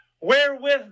Wherewith